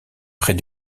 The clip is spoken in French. près